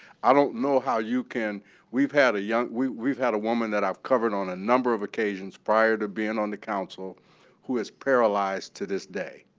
i don't know how you can we've had a young we've we've had a woman that i've covered on a number of occasions prior to being on the council who is paralyzed to this day,